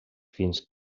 fins